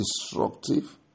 destructive